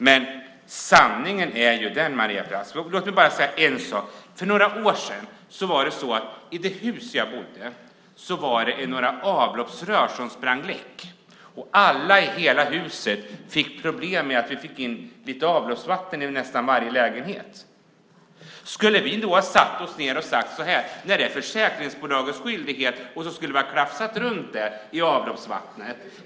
För några år sedan sprang några avloppsrör läck i det hus där jag bodde. Alla i hela huset fick in lite avloppsvatten i sina lägenheter. Skulle vi då ha satt oss ned och sagt att det var försäkringsbolagets skyldighet och sedan klafsat runt i avloppsvattnet?